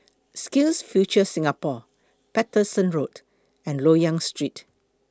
SkillsFuture Singapore Paterson Road and Loyang Street